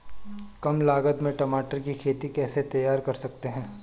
कम लागत में टमाटर की खेती कैसे तैयार कर सकते हैं?